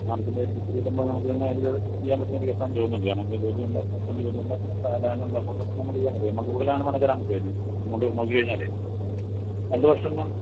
മാഡത്തിൻ്റെ ഒരു യെസ് കിട്ടുമ്പോൾ നമുക്ക് തന്നെ ഒരു പെട്ടെന്ന് ചെയ്യാൻ പറ്റുന്ന ഒരു കേസ് ആണെന്ന് തോന്നുന്നുണ്ട് കാരണമെന്നുവച്ചാൽ ജോലിയുണ്ട് ഹസ്ബൻഡ് ജോലി ഉണ്ട് പിന്നെ ലാൻഡ് ഉണ്ട് അപ്പോൾ പെട്ടെന്ന് നമുക്ക് ചെയ്യാൻ പറ്റും എമൗണ്ട് കൂടുതൽ വേണേൽ തരാൻ പറ്റുമായിരിക്കും എമൗണ്ട് നോക്കികഴിഞ്ഞാൽ രണ്ടു വർഷം